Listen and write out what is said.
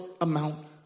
amount